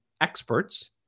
experts